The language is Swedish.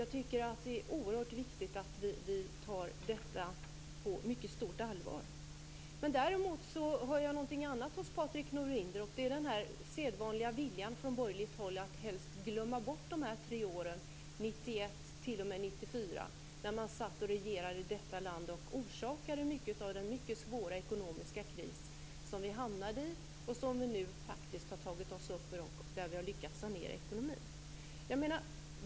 Jag tycker att det är oerhört viktigt att vi tar detta på mycket stort allvar. Däremot hör jag någonting annat hos Patrik Norinder, och det är den sedvanliga viljan från borgerligt håll att helst glömma bort de tre åren från 1991 till 1994, när man regerade i detta land och orsakade mycket av den svåra ekonomiska kris som vi hamnade i, som vi nu har tagit oss ur och där vi har lyckats sanera ekonomin.